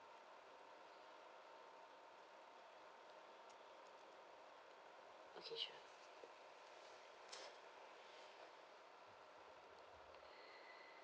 okay sure